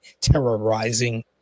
terrorizing